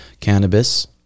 cannabis